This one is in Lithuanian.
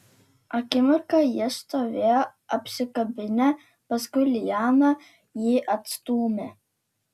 akimirką jie stovėjo apsikabinę paskui liana jį atstūmė